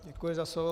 Děkuji za slovo.